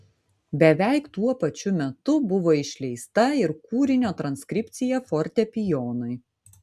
beveik tuo pačiu metu buvo išleista ir kūrinio transkripcija fortepijonui